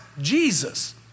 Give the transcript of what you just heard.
Jesus